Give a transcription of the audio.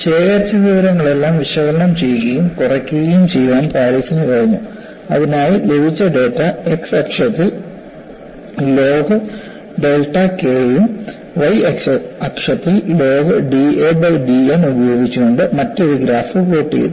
ശേഖരിച്ച വിവരങ്ങളെല്ലാം വിശകലനം ചെയ്യുകയും കുറയ്ക്കുകയും ചെയ്യാൻ പാരീസിനു കഴിഞ്ഞു അതിനായി ലഭിച്ച ഡേറ്റ x അക്ഷത്തിൽ ലോഗ് ഡെൽറ്റ K ഉം y അക്ഷത്തിൽ ലോഗ് da ബൈ dN ഉപയോഗിച്ചുകൊണ്ട് മറ്റൊരു ഗ്രാഫ് പ്ലോട്ട് ചെയ്തു